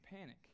panic